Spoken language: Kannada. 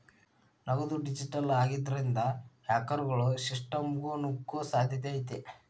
ನಗದು ಡಿಜಿಟಲ್ ಆಗಿದ್ರಿಂದ, ಹ್ಯಾಕರ್ಗೊಳು ಸಿಸ್ಟಮ್ಗ ನುಗ್ಗೊ ಸಾಧ್ಯತೆ ಐತಿ